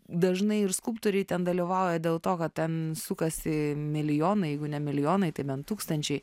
dažnai ir skulptoriai ten dalyvauja dėl to kad ten sukasi milijonai jeigu ne milijonai tai bent tūkstančiai